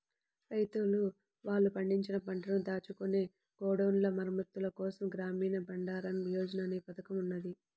రైతన్నలు వాళ్ళు పండించిన పంటను దాచుకునే గోడౌన్ల మరమ్మత్తుల కోసం గ్రామీణ బండారన్ యోజన అనే పథకం ఉన్నది